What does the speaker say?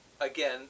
again